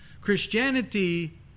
Christianity